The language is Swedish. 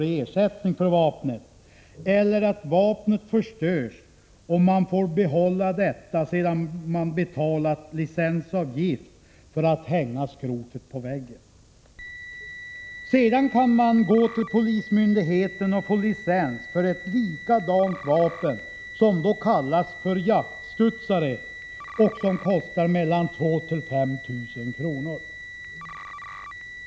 i ersättning för vapnet, eller att vapnet förstörs och man får behålla det, sedan man betalat licensavgift, för att hänga skrotet på väggen. Därefter kan man gå till polismyndigheten och få licens för ett likadant vapen, som då kallas för jaktstudsare och som kostar mellan 2 000 och 5 000 kr.